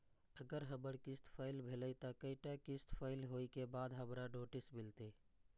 अगर हमर किस्त फैल भेलय त कै टा किस्त फैल होय के बाद हमरा नोटिस मिलते?